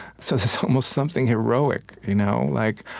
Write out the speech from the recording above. so there's almost something heroic you know like,